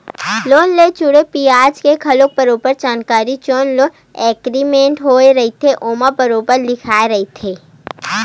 loan ले जुड़े बियाज के घलो बरोबर जानकारी जउन लोन एग्रीमेंट होय रहिथे ओमा बरोबर लिखाए रहिथे